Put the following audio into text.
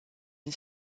une